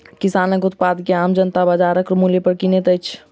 किसानक उत्पाद के आम जनता बाजारक मूल्य पर किनैत छै